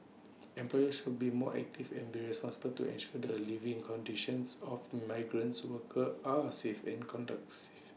employers should be more active and be responsible to ensure the A living conditions of migrants workers are safe and conducts